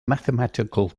mathematical